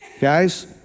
Guys